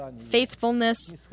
faithfulness